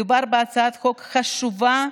מדובר בהצעת חוק חשובה,